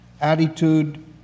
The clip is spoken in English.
attitude